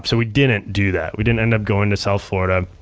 so we didn't do that. we didn't end up going to south florida.